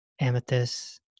amethyst